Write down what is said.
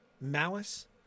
malice